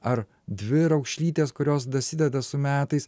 ar dvi raukšlytės kurios dar susideda su metais